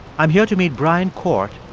i'm here to meet brian court,